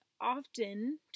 often